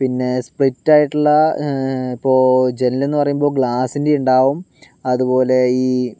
പിന്നെ സ്പ്ലിറ്റായിട്ടുള്ള ഇപ്പോൾ ജനലെന്ന് പറയുമ്പോൾ ഗ്ലാസിൻ്റെ ഉണ്ടാവും അതുപോലെ ഈ